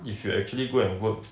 if you actually go and work